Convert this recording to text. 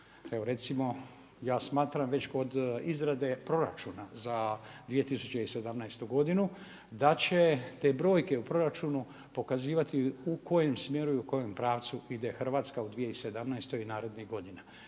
Evo recimo ja smatram već kod izrade Proračuna za 2017. godinu da će te brojke u proračunu pokazivati u kojem smjeru i u kojem pravcu ide Hrvatska u 2017. i narednih godina.